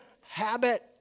habit